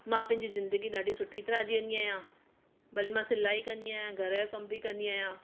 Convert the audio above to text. मां पंहिंजी ज़िंदगी ॾाढी सुठी तरह जीअंदी आहियां भले मां सिलाई कंदी आहियां घर जो कम बि कंदी आहियां